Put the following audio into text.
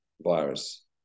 virus